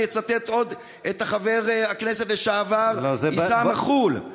אני אצטט גם את חבר הכנסת לשעבר עסאם מח'ול.